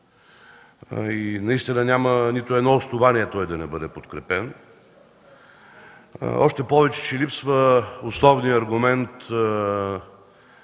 Наистина няма нито едно основание той да не бъде подкрепен, още повече липсва основният аргумент,